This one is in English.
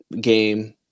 Game